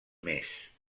més